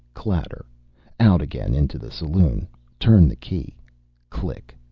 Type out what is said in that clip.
clatter out again into the saloon turn the key click.